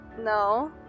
No